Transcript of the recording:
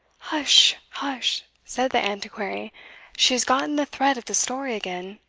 hush! hush! said the antiquary she has gotten the thread of the story again.